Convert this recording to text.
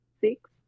six